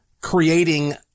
creating